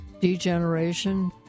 degeneration